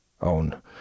own